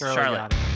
Charlotte